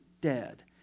dead